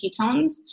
ketones